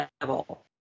level